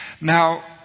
Now